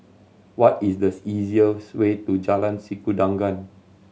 what is the easiest way to Jalan Sikudangan